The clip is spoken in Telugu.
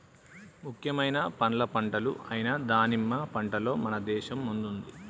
ముఖ్యమైన పండ్ల పంటలు అయిన దానిమ్మ పంటలో మన దేశం ముందుంది